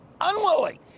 unwilling